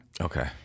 Okay